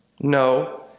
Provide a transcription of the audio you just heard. No